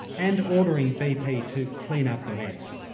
and ordering bp to clean up the mess.